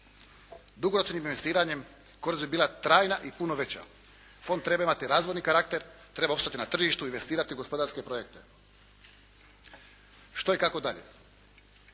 Dugoročnim investiranjem korist bi bila trajna i puno veća. Fond treba imati razvojni karakter, treba opstati na tržištu i investirati u gospodarske projekte. Što i kako dalje?